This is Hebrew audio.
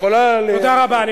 תודה רבה.